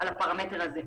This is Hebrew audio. הפרמטר הזה.